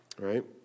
right